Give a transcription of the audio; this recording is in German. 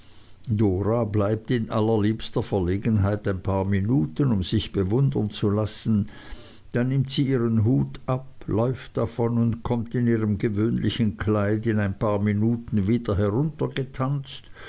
dora bleibt in allerliebster verlegenheit ein paar minuten um sich bewundern zu lassen dann nimmt sie ihren hut ab läuft davon und kommt in ihrem gewöhnlichen kleid in ein paar minuten wieder